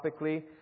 topically